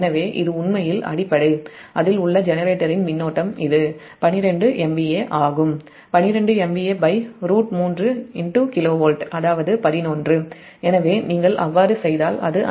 எனவே இது உண்மையில் அடிப்படை அதில் உள்ள ஜெனரேட்டரின் மின்னோட்டம் இது 12 MVA ஆகும் 12MVA√3 KV அதாவது 11 எனவே நீங்கள் அவ்வாறு செய்தால் அது5